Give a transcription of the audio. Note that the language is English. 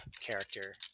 character